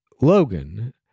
Logan